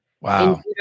wow